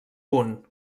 punt